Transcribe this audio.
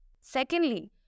Secondly